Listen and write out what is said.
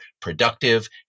productive